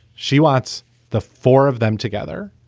she wants the four of them together.